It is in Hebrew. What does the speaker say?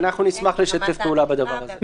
אנחנו נשמח לשתף פעולה בדבר הזה.